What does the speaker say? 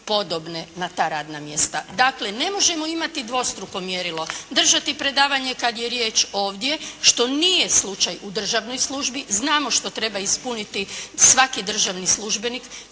podobne na ta radna mjesta. Dakle, ne možemo imati dvostruko mjerilo. Držati predavanje kad je riječ ovdje što nije slučaj u državnoj službi. Znamo što treba ispuniti svaki državni službenik,